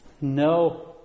No